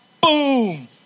Boom